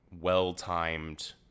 well-timed